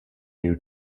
new